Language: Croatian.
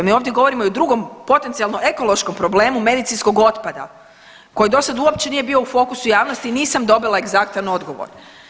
Mi ovdje govorimo i o drugom potencijalno ekološkom problemu medicinskog otpada koji do sada uopće nije bio u fokusu javnosti, nisam dobila egzaktan odgovor.